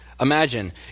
Imagine